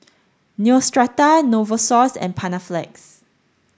Neostrata Novosource and Panaflex